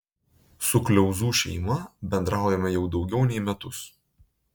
su kliauzų šeima bendraujame jau daugiau nei metus